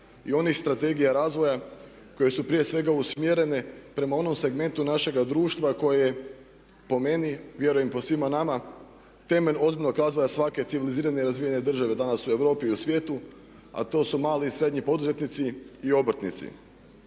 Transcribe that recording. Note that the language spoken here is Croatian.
i onih strategija razvoja koje su prije svega usmjerene prema onom segmentu našega društva koje po meni vjerujem i po svima nama temelj ozbiljnog razvoja svake civilizirane razvijene države danas u Europi i u svijetu a to su mali i srednji poduzetnici i obrtnici.